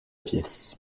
pièce